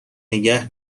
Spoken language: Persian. نگه